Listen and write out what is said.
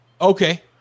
Okay